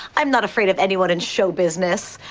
i'm not afraid of anyone in show business.